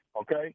Okay